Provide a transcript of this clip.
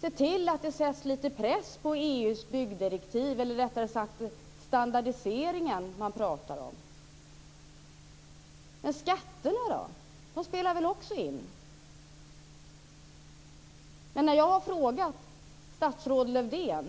Se till att det sätts lite press på den standardisering som det pratas om! Men skatterna då, de spelar väl också in? När jag har frågat statsrådet Lövdén